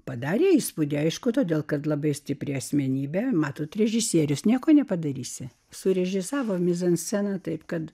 padarė įspūdį aišku todėl kad labai stipri asmenybė matote režisierius nieko nepadarysi surežisavo mizansceną taip kad